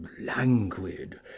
languid